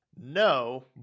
No